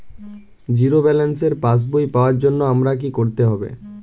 Zero ব্যালেন্সের পাসবই পাওয়ার জন্য আমায় কী করতে হবে?